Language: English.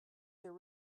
there